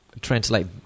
translate